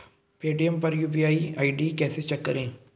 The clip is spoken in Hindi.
पेटीएम पर यू.पी.आई आई.डी कैसे चेक करें?